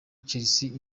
chelsea